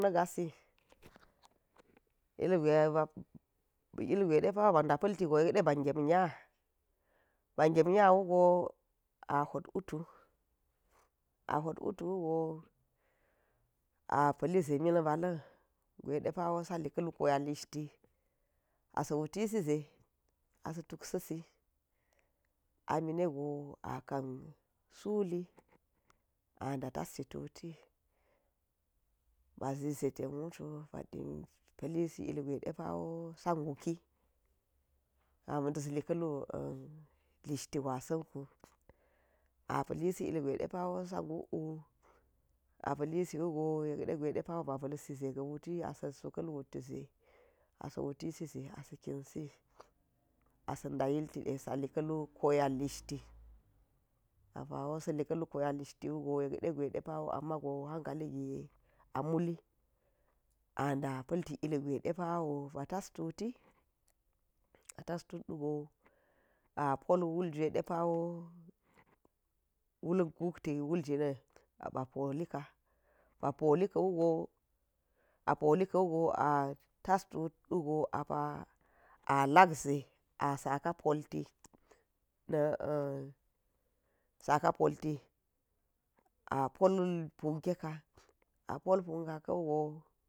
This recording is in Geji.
Na̱ gasi, ilgwe, ilgwe depawo ba da̱ pa̱l ti go yek de ba ga̱m nya, ba gem nya wugo a hot wutu, a hot wutu wugo a pa̱li ze milba̱ lịn gwe de pawo sali ka̱lu lish ti asa̱ wutisi ze a sa̱ tuk sa̱ si amine go akan suli a da̱ tasti tuti ba zi ze ten wutu a pa̱lisi ilgwe de pawo sa nguki kama̱n tis ka̱lu listiti gwasin wu, a pa̱li si ilgwe de pawo sa nguk’u a pa̱lisiwu go yek di gwe depawo ba ba̱lsi ze ga̱wuti a sa̱ su ka̱lu wutti ze a sa̱ wuti ze a sa̱ kinsi a sa̱ da̱ yiltide sali klu koyat listiti, a pawo sa̱ li klu ko yat lish ti wugo yek degwe pawoo ama go hankali gi a muli a da̱ pa̱l ti ilgwe de paw oba tas tu ti a tas tut tugo polwul jwe de pawo wul nguti wulginin a ba polika, ba poli ka̱wugo apoli ka̱ wugo a tastuti a tas tutwugo apa a la̱k ze asak polti na̱ sakapolti, a pol punkeka, a pol punka ka̱ wugo.